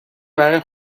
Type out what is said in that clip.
برای